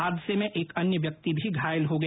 हादसे में एक अन्य व्यक्ति भी घायल हो गया